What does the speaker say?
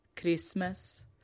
Christmas